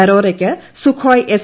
അറോറയ്ക്ക് Sukhoi S